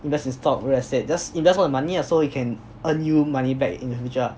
invest in stocks real estate just invest all the money ah so it can earn you money back in the future ah